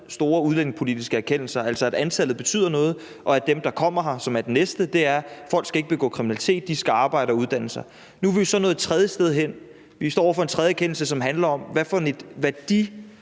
store udlændingepolitiske erkendelser, altså dels at antallet betyder noget, dels at folk, som kommer hertil, ikke skal begå kriminalitet, men at de skal arbejde og uddanne sig. Nu er vi så kommet et tredje sted hen. Vi står over for en tredje erkendelse, som handler om, hvad det er for